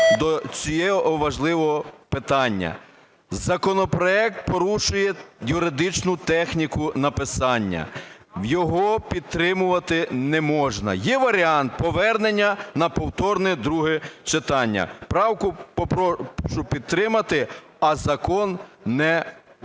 до цього важливого питання. Законопроект порушує юридичну техніку написання. Його підтримувати не можна. Є варіант повернення на повторне друге читання. Правку прошу підтримати, а закон не